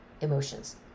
emotions